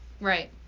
right